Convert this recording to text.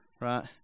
right